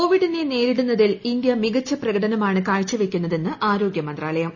കോവിഡിനെനേരിടുന്നതിൽ ഇന്തൃ മികച്ച പ്രകടനമാണ് കാഴ്ചവയ്ക്കുന്നതെന്ന് ആരോഗ്യമന്ത്രാലയം